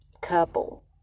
couple